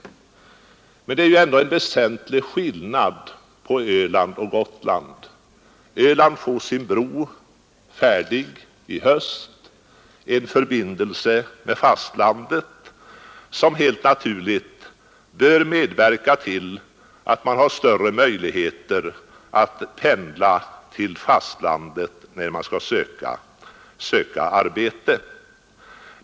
Men det är ändå en väsentlig skillnad mellan Öland och Gotland. Öland får sin bro färdig i höst, en förbindelse med fastlandet som helt naturligt bör medverka till större möjligheter att pendla till fastlandet när man skall söka arbete.